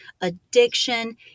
addiction